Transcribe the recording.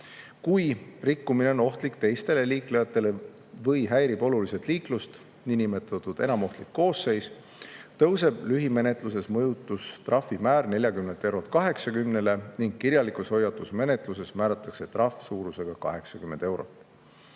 Kui rikkumine on ohtlik teistele liiklejatele või häirib oluliselt liiklust, seega on niinimetatud enamohtlik koosseis, siis tõuseb lühimenetluses mõjutustrahvimäär 40 eurolt 80 eurole ning kirjalikus hoiatusmenetluses määratakse trahv suurusega 80 eurot.